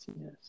yes